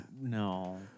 No